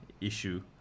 issue